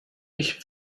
ich